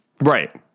Right